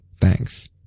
Thanks